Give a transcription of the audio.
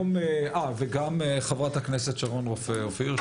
וגם חברת הכנסת שרון רופא אופיר.